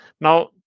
Now